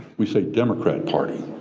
we say democrat party.